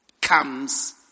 comes